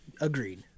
agreed